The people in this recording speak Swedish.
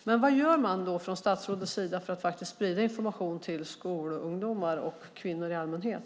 Men vad görs från statsrådets sida för att sprida information till skolungdomar och kvinnor i allmänhet?